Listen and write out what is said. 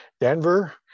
Denver